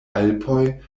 alpoj